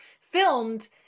filmed